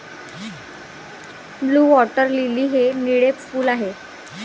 blue water lily हे निळे फूल आहे